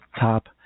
top